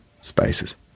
spaces